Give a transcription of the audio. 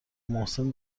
محسن